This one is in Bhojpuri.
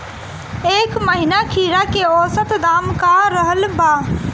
एह महीना खीरा के औसत दाम का रहल बा?